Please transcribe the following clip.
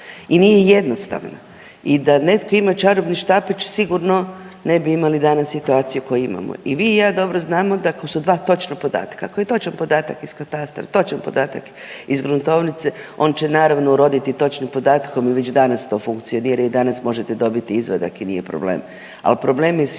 i nije jednostavna i da netko ima čarobni štapić sigurno ne bi imali danas situaciju koju imamo. I vi i ja dobro znamo da ako su dva točna podatka, ako je točan podatak iz katastra, točan podatak iz gruntovnice on će naravno uroditi točnim podatkom i već danas to funkcionira i danas možete dobiti izvadak i nije problem.